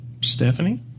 Stephanie